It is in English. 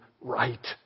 right